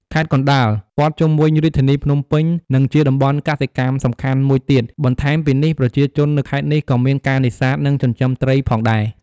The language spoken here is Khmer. ខេត្តកណ្ដាល ព័ទ្ធជុំវិញរាជធានីភ្នំពេញ និងជាតំបន់កសិកម្មសំខាន់មួយទៀត បន្ថែមពីនេះប្រជាជននៅខេត្តនេះក៏មានការនេសាទ និងចិញ្ចឹមត្រីផងដែរ។